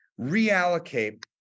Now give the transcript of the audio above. reallocate